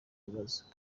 bibazo